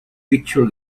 picture